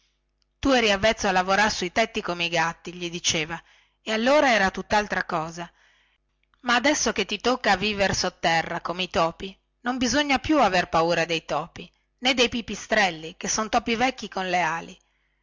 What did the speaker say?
tu eri avvezzo a lavorar sui tetti come i gatti gli diceva e allora era tuttaltra cosa ma adesso che ti tocca a viver sotterra come i topi non bisogna più aver paura dei topi nè dei pipistrelli che son topi vecchi con le ali